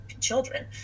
children